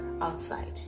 outside